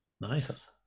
Nice